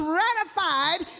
ratified